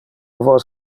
vos